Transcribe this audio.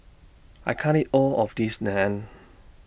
I can't eat All of This Naan